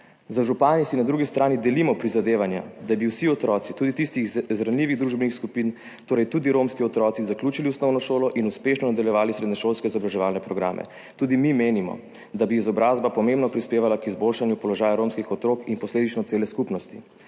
Z župani si na drugi strani delimo prizadevanja, da bi vsi otroci, tudi tistih iz ranljivih družbenih skupin, torej tudi romski otroci, zaključili osnovno šolo in uspešno nadaljevali srednješolske izobraževalne programe. Tudi mi menimo, da bi izobrazba pomembno prispevala k izboljšanju položaja romskih otrok in posledično cele skupnosti.